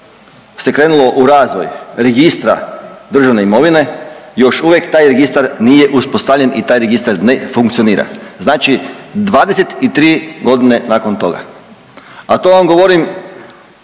se krenulo u razvoj registra državne imovine, još uvijek taj registar nije uspostavljen i taj registar ne funkcionira. Znači 23 godine nakon toga, a to vam govorim